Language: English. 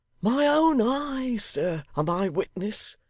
my own eyes, sir, are my witnesses,